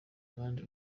abandi